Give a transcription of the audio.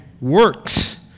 works